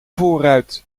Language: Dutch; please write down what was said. voorruit